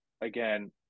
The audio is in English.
again